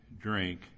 drink